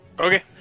Okay